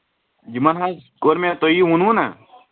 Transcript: یِمن حظ کوٚر مےٚ تۄہہِ یہِ ووٚنوٕ نہ